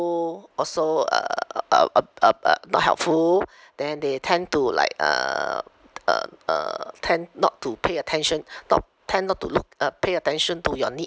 also uh uh uh uh uh uh not helpful then they tend to like uh um uh tend not to pay attention not tend not to look uh pay attention to your needs